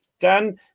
Dan